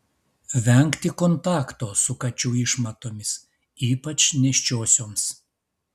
vengti kontakto su kačių išmatomis ypač nėščiosioms